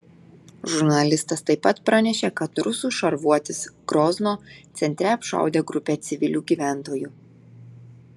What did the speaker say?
žurnalistas taip pat pranešė kad rusų šarvuotis grozno centre apšaudė grupę civilių gyventojų